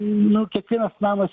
nu kiekvienas namas